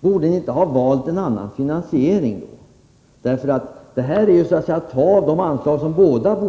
Borde ni inte ha valt en annan finansiering, därför att det här innebär att man tar från ett av två anslag som båda ur